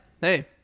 hey